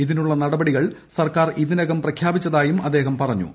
ഇതിനുള്ള ചില നടപടികൾ സർക്കാർ ഇതിനകം പ്രഖ്യാപിച്ചതായും അദ്ദേഹം പറഞ്ഞു